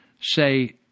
say